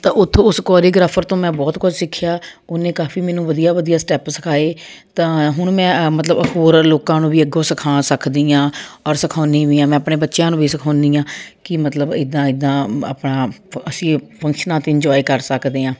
ਤਾਂ ਉੱਥੋਂ ਉਸ ਕੋਰੀਓਗ੍ਰਾਫਰ ਤੋਂ ਮੈਂ ਬਹੁਤ ਕੁਝ ਸਿੱਖਿਆ ਉਹਨੇ ਕਾਫੀ ਮੈਨੂੰ ਵਧੀਆ ਵਧੀਆ ਸਟੈਪ ਸਿਖਾਏ ਤਾਂ ਹੁਣ ਮੈਂ ਮਤਲਬ ਹੋਰ ਲੋਕਾਂ ਨੂੰ ਵੀ ਅੱਗੋਂ ਸਿਖਾ ਸਕਦੀ ਹਾਂ ਔਰ ਸਿਖਾਉਂਦੀ ਵੀ ਹਾਂ ਮੈਂ ਆਪਣੇ ਬੱਚਿਆਂ ਨੂੰ ਵੀ ਸਿਖਾਉਂਦੀ ਹਾਂ ਕਿ ਮਤਲਬ ਇੱਦਾਂ ਇੱਦਾਂ ਆਪਣਾ ਅਸੀਂ ਫੰਕਸ਼ਨਾਂ 'ਤੇ ਇੰਜੋਏ ਕਰ ਸਕਦੇ ਹਾਂ